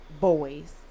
boys